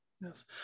Yes